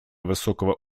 высокого